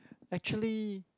actually